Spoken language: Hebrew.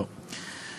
לא.